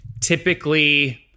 Typically